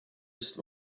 ist